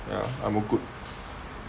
ya I'm good